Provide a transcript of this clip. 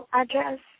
address